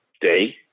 day